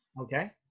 Okay